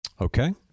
Okay